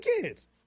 kids